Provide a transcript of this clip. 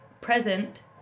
present